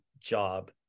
job